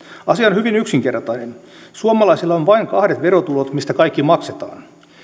asia on hyvin yksinkertainen suomalaisilla on vain kahdet verotulot mistä kaikki maksetaan